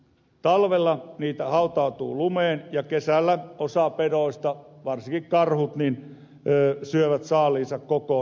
talvella niitä hautautuu lumeen ja kesällä osa pedoista varsinkin karhut syövät saaliinsa kokonaan